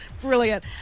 Brilliant